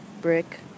brick